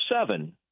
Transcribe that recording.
seven